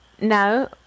Now